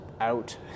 out